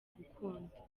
gukunda